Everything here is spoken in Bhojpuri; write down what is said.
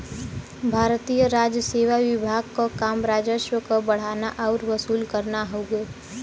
भारतीय राजसेवा विभाग क काम राजस्व क बढ़ाना आउर वसूल करना हउवे